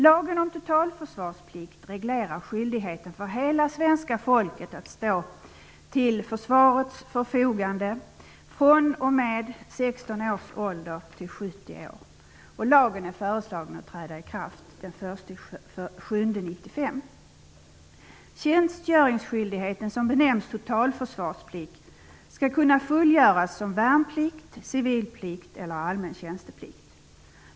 Lagen om totalförsvarsplikt reglerar skyldigheten för hela svenska folket att stå till försvarets förfogande fr.o.m. 16 års ålder till dess man fyller 70 år. Lagen är föreslagen att träda i kraft den 1 juli 1995. Tjänstgöringsskyldigheten, som benämns totalförsvarsplikt, skall kunna fullgöras som värnplikt, civil plikt eller allmän tjänsteplikt.